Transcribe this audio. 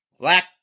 Black